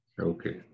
Okay